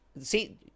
See